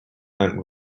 and